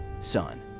son